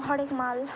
হরেক মাল